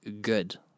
good